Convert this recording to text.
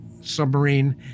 submarine